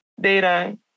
data